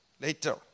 later